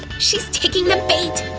she's taking the bait!